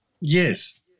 Yes